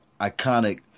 iconic